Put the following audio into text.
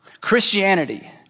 Christianity